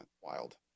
wild